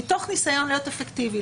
מתוך ניסיון להיות אפקטיבי,